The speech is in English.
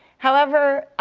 however,